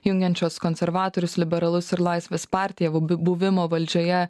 jungiančios konservatorius liberalus ir laisvės partiją buvimo valdžioje